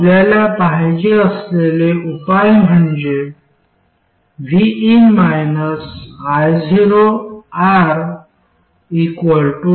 आम्हाला पाहिजे असलेले उपाय म्हणजे vin ioR 0